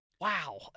Wow